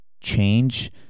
change